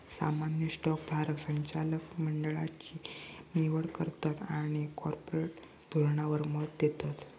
सामान्य स्टॉक धारक संचालक मंडळची निवड करतत आणि कॉर्पोरेट धोरणावर मत देतत